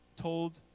told